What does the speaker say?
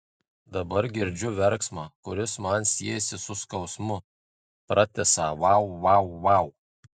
dabar girdžiu verksmą kuris man siejasi su skausmu pratisą vau vau vau